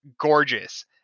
gorgeous